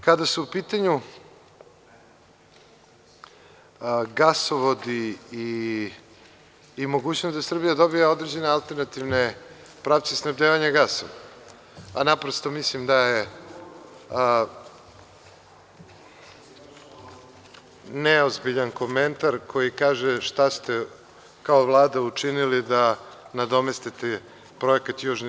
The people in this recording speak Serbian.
Kada su u pitanju gasovodi i mogućnost da Srbija dobije određene alternativne pravce snabdevanja gasa, a naprosto mislim da je neozbiljan komentar koji kaže – šta ste kao Vlada učinili da nadomestite projekat Južni